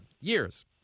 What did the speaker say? years